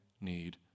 need